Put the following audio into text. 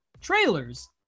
trailers